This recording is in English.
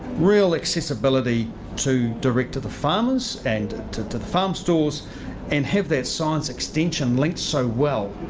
real accessibility to, direct to the farms and to to the farmstalls and have that science extension linked so well.